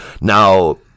Now